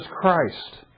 Christ